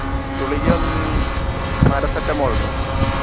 ഗുളിക ഒന്ന് പാരസിറ്റമോൾ ഉണ്ട്